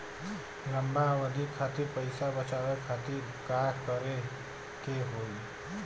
लंबा अवधि खातिर पैसा बचावे खातिर का करे के होयी?